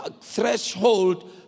threshold